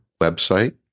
website